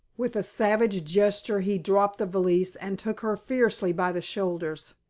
with a savage gesture he dropped the valise and took her fiercely by the shoulders.